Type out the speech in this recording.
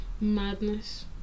Madness